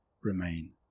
remain